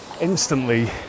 instantly